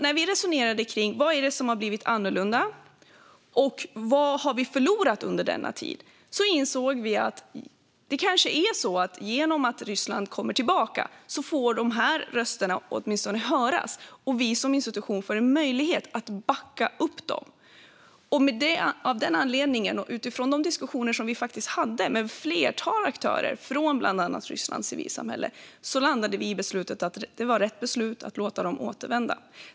När vi resonerade om vad som hade blivit annorlunda och vad som hade förlorats under denna tid insåg vi att genom att Ryssland kommer tillbaka får dessa röster åtminstone höras, och vi som institution kan backa upp dem. Av den anledningen och utifrån de diskussioner som vi hade med ett flertal aktörer från bland annat Rysslands civilsamhälle landade vi i att det var rätt beslut att låta Ryssland återvända.